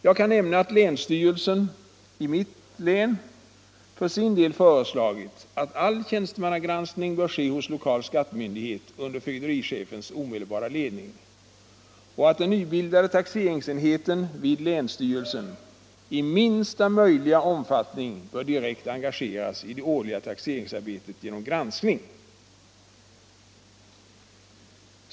Jag kan nämna att länsstyrelsen i mitt län för sin del föreslagit att all tjänstemannagranskning bör ske hos lokal skattemyndighet under fögderichefens omedelbara ledning och att den nybildade taxeringsenheten vid länsstyrelsen i minsta möjliga omfattning bör direkt engageras i det årliga taxeringsarbetet genom granskning.